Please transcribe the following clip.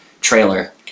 trailer